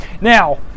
Now